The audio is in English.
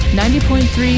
90.3